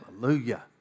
Hallelujah